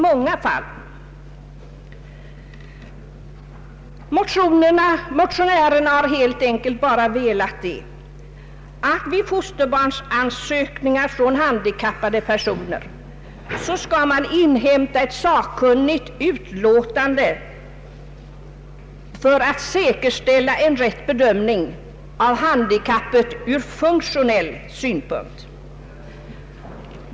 Motionärerna har helt enkelt bara velat att man när det gäller fosterbarnsansökningar från handikappade personer skall inhämta ett sakkunnigt utlåtande för att säkerställa en rätt bedömning av handikappet från funktionell synpunkt.